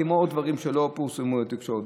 כמו עוד דברים שלא פורסמו בתקשורת.